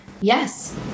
Yes